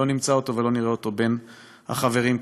לא נמצא אותו ולא נראה אותו בין החברים כאן.